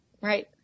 Right